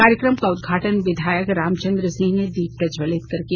कार्यक्रम का उद्घाटन विधायक रामचन्द्र सिंह ने दीप प्रज्जवलित कर किया